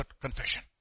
confession